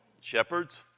shepherds